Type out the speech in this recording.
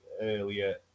earlier